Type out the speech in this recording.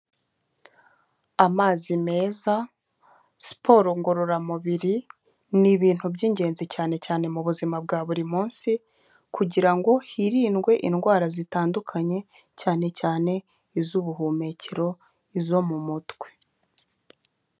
Amazi meza, siporo ngororamubiri ni ibintu by'ingenzi cyane cyane mu buzima bwa buri munsi kugira ngo hirindwe indwara zitandukanye, cyane cyane iz'ubuhumekero, izo mu mutwe.